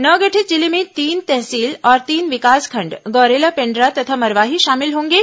नवगठित जिले में तीन तहसील और तीन विकासखण्ड गौरेला पेण्ड्रा तथा मरवाही शामिल होंगे